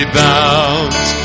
bound